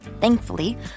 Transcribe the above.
thankfully